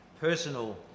personal